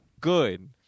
good